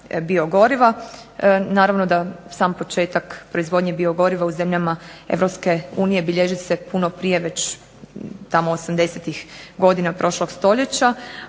biogoriva. Naravno da sam početak proizvodnje biogoriva u zemljama Europske unije bilježi se puno prije, već tamo 80-ih godina prošlog stoljeća,